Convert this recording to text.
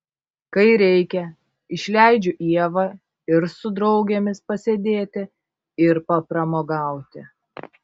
kai reikia išleidžiu ievą ir su draugėmis pasėdėti ir papramogauti